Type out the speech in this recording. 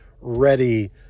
ready